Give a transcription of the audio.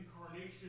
incarnation